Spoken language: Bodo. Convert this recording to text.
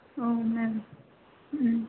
औ मेम उम